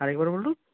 আর একবার বলুন